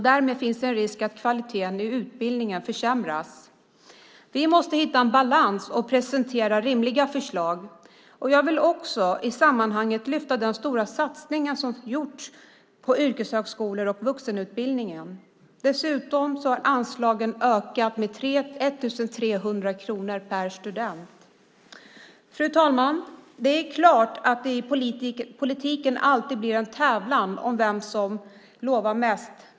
Därmed finns en risk att kvaliteten i utbildningen försämras. Vi måste hitta en balans och presentera rimliga förslag. Jag vill i sammanhanget också lyfta fram den stora satsning som har gjorts på yrkeshögskolor och vuxenutbildning. Dessutom har anslagen ökat med 1 300 kronor per student. Fru talman! Det är klart att det i politiken alltid blir en tävlan om vem som lovar mest.